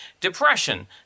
depression